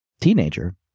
teenager